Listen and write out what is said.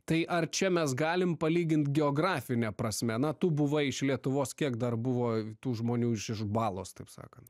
tai ar čia mes galim palygint geografine prasme na tu buvai iš lietuvos kiek dar buvo tų žmonių iš iš balos taip sakant